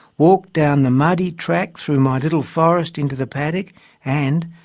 walked down the muddy track through my little forest into the paddock and,